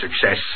success